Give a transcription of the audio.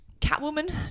Catwoman